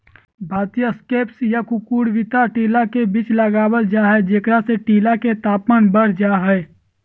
भारतीय स्क्वैश या कुकुरविता टीला के बीच लगावल जा हई, जेकरा से टीला के तापमान बढ़ जा हई